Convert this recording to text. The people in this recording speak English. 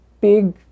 big